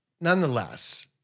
Nonetheless